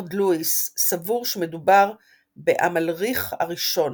ברנרד לואיס סבור שמדובר באמלריך הראשון,